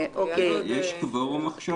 יש עכשיו קוורום?